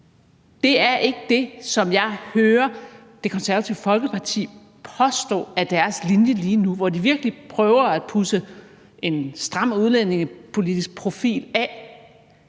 Det er ikke det, som jeg hører Det Konservative Folkeparti påstå er deres linje lige nu, hvor de virkelig prøver at pudse en stram udlændingepolitisk profil af.